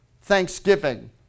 thanksgiving